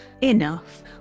Enough